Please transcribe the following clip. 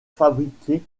fabriquer